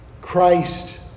Christ